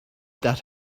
that